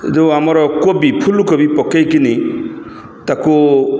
ଯୋଉ ଆମର କୋବି ଫୁଲକୋବି ପକେଇକିନି ତାକୁ